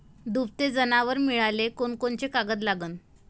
दुभते जनावरं मिळाले कोनकोनचे कागद लागन?